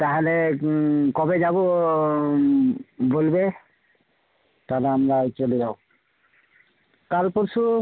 তাহলে কবে যাব বলবে তাহলে আমরা চলে যাব কাল পরশু